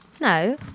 No